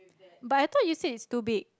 but I thought you said it's too big